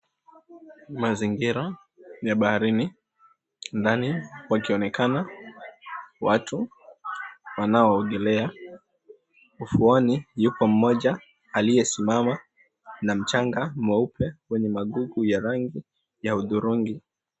Mazingira ya baharini ndani pakionekana watu wanaoogelea. Ufuoni yupo mmoja aliyesimama na mchanga mweupe wenye magugu ya rangi ya hudhurungi.